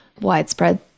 widespread